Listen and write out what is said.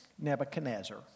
Nebuchadnezzar